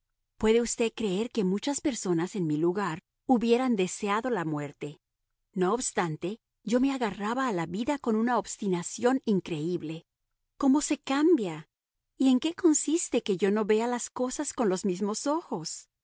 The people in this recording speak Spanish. puede usted creer que muchas personas en mi lugar hubieran deseado la muerte no obstante yo me agarraba a la vida con una obstinación increíble cómo se cambia y en qué consiste que yo no vea las cosas con los mismos ojos